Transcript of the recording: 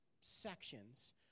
sections